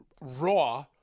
Raw